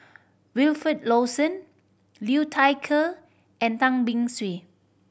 Wilfed Lawson Liu Thai Ker and Tan Beng Swee